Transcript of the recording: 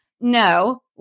No